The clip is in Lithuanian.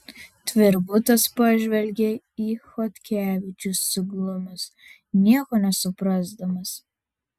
tvirbutas pažvelgia į chodkevičių suglumęs nieko nesuprasdamas